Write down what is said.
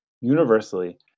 Universally